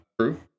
True